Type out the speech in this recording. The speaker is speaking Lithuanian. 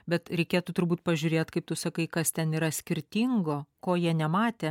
bet reikėtų turbūt pažiūrėt kaip tu sakai kas ten yra skirtingo ko jie nematė